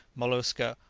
mollusca,